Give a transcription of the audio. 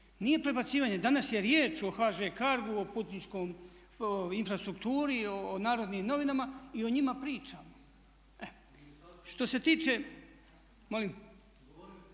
Nije prebacivanje. Danas je riječ o HŽ CARGO-u, o Puničkom, Infrastrukturi, o Narodnim novinama i o njima pričamo. Što se tiče…